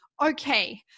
okay